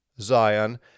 Zion